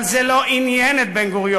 אבל זה לא עניין את בן-גוריון.